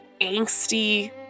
angsty